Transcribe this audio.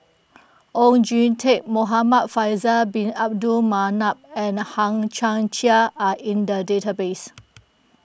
Oon Jin Teik Muhamad Faisal Bin Abdul Manap and Hang Chang Chieh are in the database